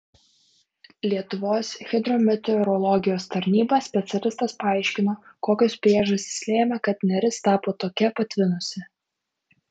lietuvos hidrometeorologijos tarnyba specialistas paaiškino kokios priežastys lėmė kad neris tapo tokia patvinusi